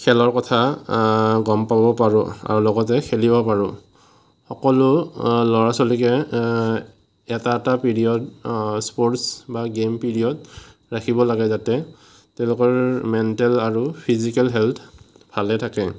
খেলৰ কথা গম পাব পাৰোঁ আৰু লগতে খেলিব পাৰোঁ সকলো ল'ৰা ছোৱালীকে এটা এটা পিৰিয়ড স্পৰ্টচ বা গেম পিৰিয়ড ৰাখিব লাগে যাতে তেওঁলোকৰ মেণ্টেল আৰু ফিজিকেল হেল্থ ভালে থাকে